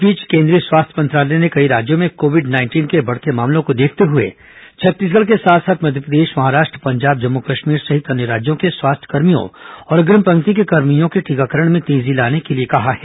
इस बीच केंद्रीय स्वास्थ्य मंत्रालय ने कई राज्यों में कोविड नाइंटीन के बढ़ते मामलों को देखते हुए छत्तीसगढ़ के साथ साथ मध्यप्रदेश महाराष्ट्र पंजाब जम्मू कश्मीर सहित अन्य राज्यों के स्वास्थ्यकर्भियों और अग्रिम पंक्ति के कर्मियों के टीकाकरण में तेजी लाने के लिए कहा है